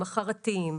החרטים,